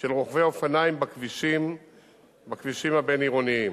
של רוכבי אופניים בכבישים הבין-עירוניים.